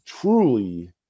truly